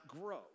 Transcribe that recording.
grow